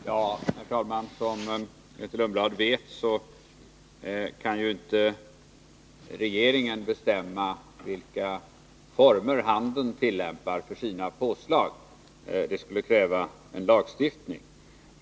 Herr talman! Som Grethe Lundblad vet kan ju inte regeringen bestämma vilka former handeln tillämpar för sina påslag — det skulle kräva en lagstiftning.